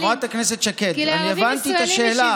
חברת הכנסת שקד, אני הבנתי את השאלה.